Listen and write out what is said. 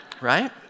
right